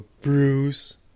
Bruce